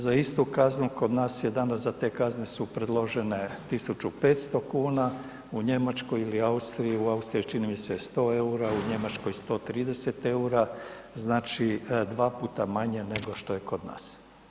Za istu kaznu kod nas je danas, za te kazne su predložene 1500 kuna, u Njemačkoj ili Austriji, u Austriji čini mi se 100 eura, u Njemačkoj 130 eura, znači dva puta maje nego što je kod nas.